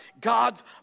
God's